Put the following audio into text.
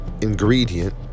ingredient